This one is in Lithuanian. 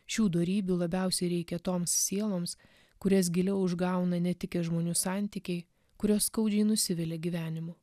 šių dorybių labiausiai reikia toms sieloms kurias giliau užgauna netikę žmonių santykiai kurios skaudžiai nusivilia gyvenimu